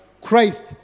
Christ